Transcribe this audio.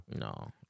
No